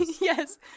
Yes